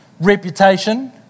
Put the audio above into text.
Reputation